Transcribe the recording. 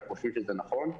כי אנחנו חושבים שזה נכון.